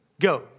Go